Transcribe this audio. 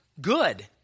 good